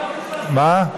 מה?